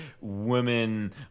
women